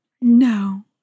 No